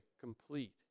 complete